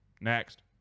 Next